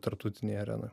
tarptautinėj arenoj